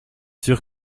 sûre